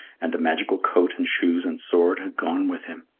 and the magical coat and shoes and sword had gone with him.